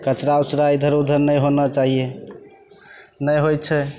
कचड़ा उचरा इधर उधर नहि होना चाहिये नहि होइ छै